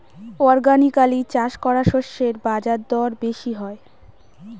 organically চাষ করা শস্যের বাজারদর বেশি হয়